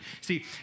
See